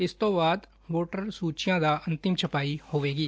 ਇਸਤੋਂ ਬਾਅਦ ਵੋਟਰ ਸੁਚੀਆਂ ਦੀ ਅੰਤਮ ਛਪਾਈ ਹੋਵੇਗੀ